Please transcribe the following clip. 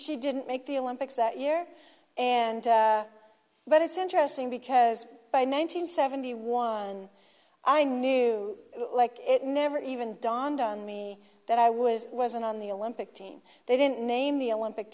she didn't make the olympics that year and but it's interesting because by nine hundred seventy one i knew like it never even dawned on me that i was wasn't on the olympic team they didn't name the olympic